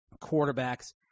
quarterbacks